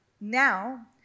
Now